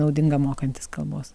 naudinga mokantis kalbos